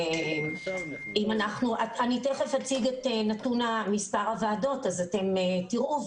אני תכף אציג את נתון מספר הוועדות ואז תראו,